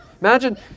Imagine